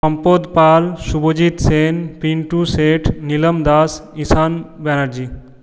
সম্পদ পাল শুভজিৎ সেন পিন্টু শেঠ নীলাম দাস ঈশান ব্যানার্জি